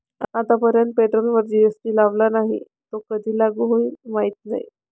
आतापर्यंत पेट्रोलवर जी.एस.टी लावला नाही, तो कधी लागू होईल माहीत नाही